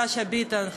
חברת הכנסת שאשא-ביטן,